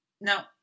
Now